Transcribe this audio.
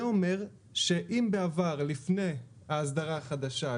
זה אומר שאם בעבר לפני ההסדרה החדשה,